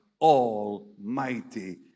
Almighty